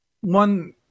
one